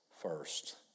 first